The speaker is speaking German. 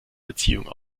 beziehung